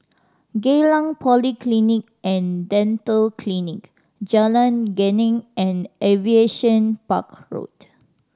Geylang Polyclinic And Dental Clinic Jalan Geneng and Aviation Park Road